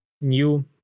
new